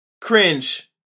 cringe